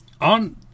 on